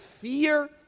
fear